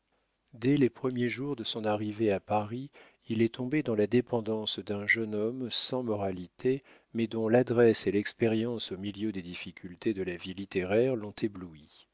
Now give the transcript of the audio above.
dès les premiers jours de son arrivée à paris il est tombé dans la dépendance d'un jeune homme sans moralité mais dont l'adresse et l'expérience au milieu des difficultés de la vie littéraire l'ont ébloui